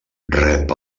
rep